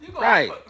right